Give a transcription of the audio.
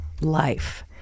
life